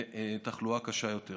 לתחלואה קשה יותר.